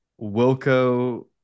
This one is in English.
Wilco